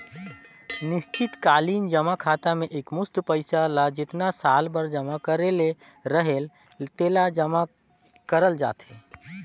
निस्चित कालीन जमा खाता में एकमुस्त पइसा ल जेतना साल बर जमा करे ले रहेल तेला जमा करल जाथे